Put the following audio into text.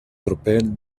tropel